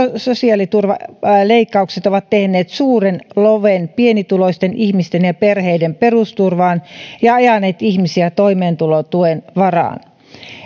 sosiaaliturvaleikkaukset ovat tehneet suuren loven pienituloisten ihmisten ja perheiden perusturvaan ja ajaneet ihmisiä toimeentulotuen varaan